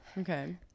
okay